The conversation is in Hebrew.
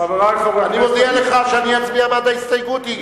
אני מודיע לך שאני אצביע בעד ההסתייגות,